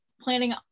planning